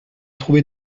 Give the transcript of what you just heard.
trouvé